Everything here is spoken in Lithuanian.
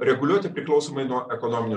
reguliuoti priklausomai nuo ekonominių